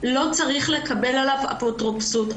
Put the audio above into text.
לא צריך לקבל עליו אפוטרופסות.